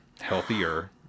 healthier